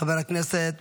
חבר הכנסת